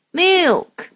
milk